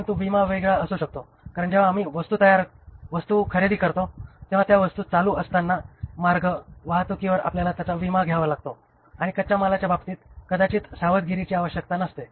परंतु विमा वेगळा असू शकतो कारण जेव्हा आम्ही तयार वस्तू खरेदी करतो तेव्हा त्या वस्तू चालू असताना मार्ग वाहतुकीवर आपल्याला त्याचा विमा घ्यावा लागतो आणि कच्च्या मालाच्या बाबतीत कदाचित सावधगिरीची आवश्यकता नसते